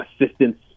assistance